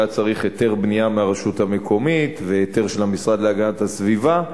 והיה צריך היתר בנייה מהרשות המקומית והיתר של המשרד להגנת הסביבה,